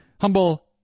humble